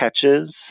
catches